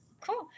Cool